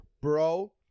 bro